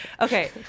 okay